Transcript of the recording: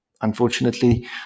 Unfortunately